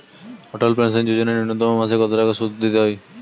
অটল pension Yojana ন্যূনতম মাসে কত টাকা সুধ দিতে হয়?